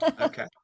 Okay